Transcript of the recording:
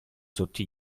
sotto